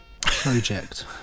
Project